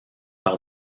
par